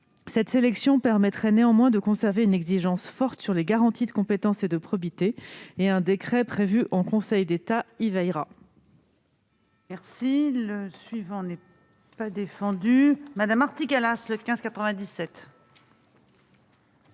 de sélection permettrait néanmoins de conserver une exigence forte concernant les garanties de compétences et de probité. Un décret prévu en Conseil d'État y veillera.